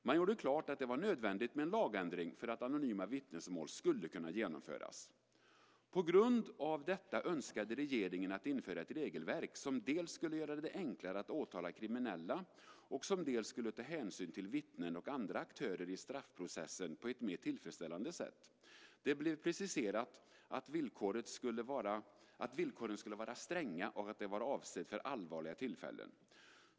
Man gjorde klart att det var nödvändigt med en lagändring för att anonyma vittnesmål skulle kunna genomföras. På grund av detta önskade regeringen att införa ett regelverk som dels skulle göra det enklare att åtala kriminella, dels skulle ta hänsyn till vittnen och andra aktörer i straffprocessen på ett mer tillfredsställande sätt. Det blev preciserat att villkoren skulle vara stränga och att det var avsett för allvarliga tillfällen.